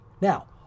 now